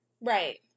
Right